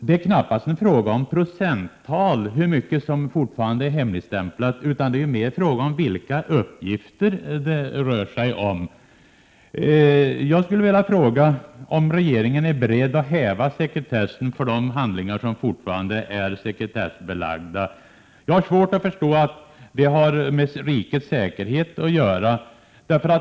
Det är knappast en fråga om procenttal när det gäller hur mycket som fortfarande är hemligstämplat, utan det är mer en fråga om vilka uppgifter som finns där. Jag skulle vilja fråga om regeringen är beredd att häva sekretessen för de handlingar som fortfarande är sekretessbelagda. Jag har svårt att förstå att det har med rikets säkerhet att göra.